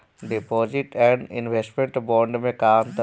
Deposit and investment bond मे का अंतर होला?